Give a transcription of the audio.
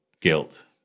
guilt